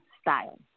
style